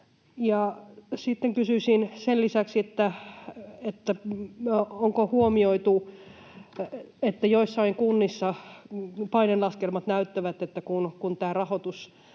Sitten kysyisin sen lisäksi: onko huomioitu, että joissain kunnissa painelaskelmat näyttävät, että kun rahoitus